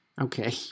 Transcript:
okay